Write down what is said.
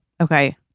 Okay